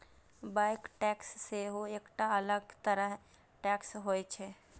bank tax सेहो एकटा अलग तरह टैक्स होइ छै